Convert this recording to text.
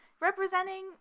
representing